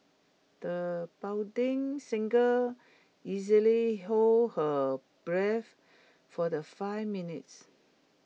the budding singer easily hold her breath for the five minutes